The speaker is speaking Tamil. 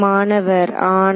மாணவர் ஆனால்